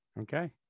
Okay